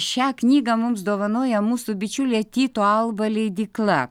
šią knygą mums dovanoja mūsų bičiulė tyto alba leidykla